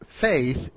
Faith